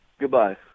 Goodbye